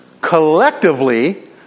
Collectively